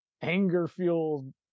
anger-fueled